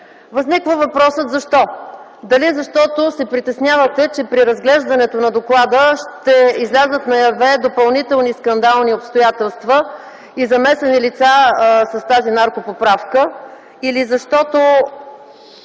Възниква въпросът: защо? Дали защото се притеснявате, че при разглеждането на доклада ще излязат наяве допълнителни скандални обстоятелства и замесени лица с тази наркопоправка, или защото